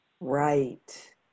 Right